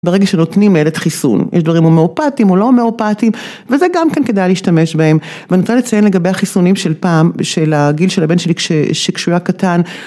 ברגע שנותנים לילד חיסון, יש דברים הומואופטיים או לא הומואופטיים, וזה גם כאן כדאי להשתמש בהם. ואני רוצה לציין לגבי החיסונים של פעם, של הגיל של הבן שלי שכשהוא היה קטן